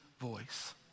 voice